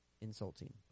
insulting